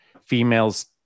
females